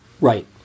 Right